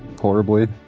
horribly